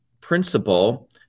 principle